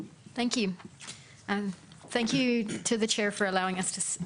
(אומרת בשפה האנגלית, להלן תרגום חופשי)